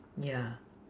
ya